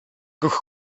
ruch